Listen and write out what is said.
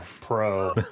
pro